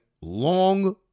long